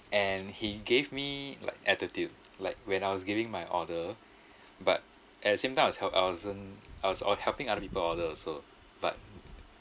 and he gave me like attitude like when I was giving my order but at the same time I was help I wasn't I was or~ helping other people order also but